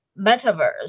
metaverse